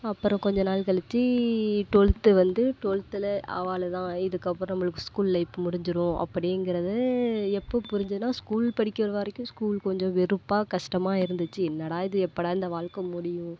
அப்புறோம் கொஞ்ச நாள் கழிச்சு ட்வெல்த்து வந்து ட்வெல்த்தில் அவாளு தான் இதுக்கப்புறோம் நம்பளுக்கு ஸ்கூல் லைஃபு முடிஞ்சிரும் அப்படிங்குறது எப்போ புரிஞ்சிதுன்னா ஸ்கூல் படிக்கிற வரைக்கும் ஸ்கூல் கொஞ்சம் வெறுப்பாக கஷ்டமாக இருந்துச்சு என்ன டா இது எப்போ டா இந்த வாழ்க்கை முடியும்